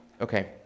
Okay